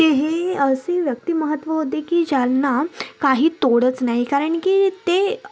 ते हे असे व्यक्तीमत्व होते देखील ज्यांना काही तोडच नाही कारण की ते